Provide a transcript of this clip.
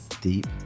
deep